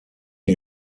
new